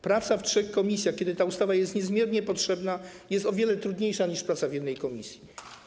Praca w trzech komisjach, kiedy ta ustawa jest niezmiernie potrzebna, jest o wiele trudniejsza niż praca w jednej komisji.